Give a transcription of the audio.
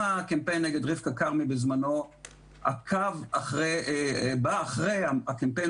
הקמפיין נגד רבקה כרמי בזמנו בא אחרי הקמפיין